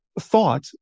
thought